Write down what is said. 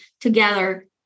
together